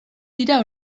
dira